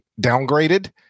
downgraded